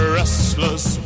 restless